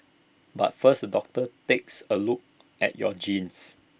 but first the doctor takes A look at your genes